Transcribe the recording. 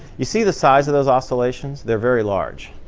you see the size of those oscillations? they're very large.